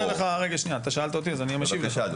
אתה שאלת אותי, אז אני משיב לך.